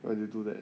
why do you do that